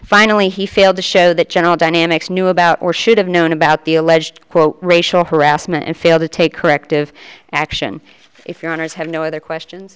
finally he failed to show that general dynamics knew about or should have known about the alleged quote racial harassment and failed to take corrective action if your owners have no other questions